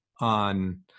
on